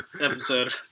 episode